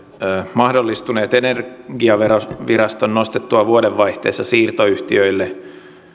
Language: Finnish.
mahdollistuneet energiaviraston nostettua vuodenvaihteessa siirtoyhtiöille